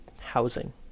housing